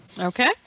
Okay